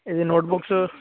ఇది note books